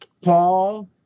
Paul